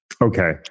Okay